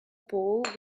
bowl